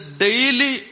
daily